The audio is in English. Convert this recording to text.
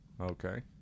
Okay